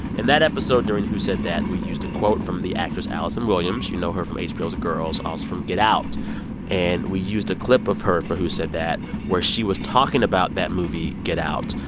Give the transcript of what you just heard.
in that episode during who said that, we used a quote from the actress allison williams you know her from hbo's girls, also from get out and we used a clip of her for who said that where she was talking about that movie, get out.